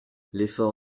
l’effort